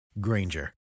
Granger